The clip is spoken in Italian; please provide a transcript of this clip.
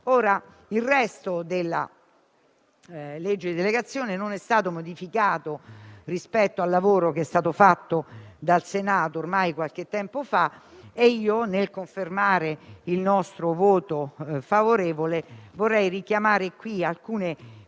disegno di legge di delegazione non è stato modificato rispetto al lavoro che è stato fatto dal Senato ormai qualche tempo fa e dunque, nel confermare il nostro voto favorevole, vorrei richiamare alcune questioni